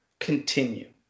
continue